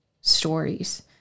stories